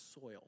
soil